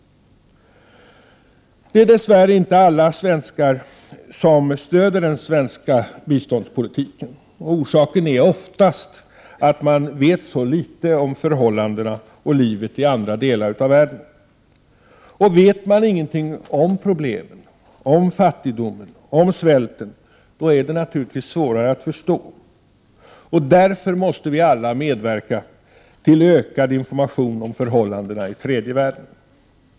Det är dess värre inte alla svenskar som stöder den svenska biståndspolitiken. Orsaken är oftast att man vet så litet om förhållandena och livet i andra delar av världen. Vet man inget om problemen, om fattigdomen och om svälten, är det naturligtvis svårare att förstå. Därför måste vi alla medverka till ökad information om förhållandena i tredje världen.